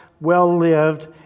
well-lived